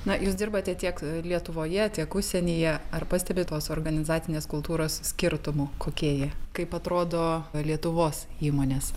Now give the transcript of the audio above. na jūs dirbate tiek lietuvoje tiek užsienyje ar pastebit tos organizacinės kultūros skirtumų kokie jie kaip atrodo lietuvos įmonės